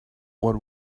what